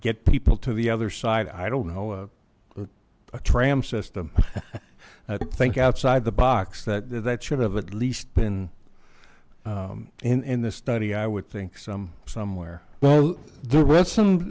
get people to the other side i don't know a tram system think outside the box that that should have at least been in in the study i would think some somewhere well there was some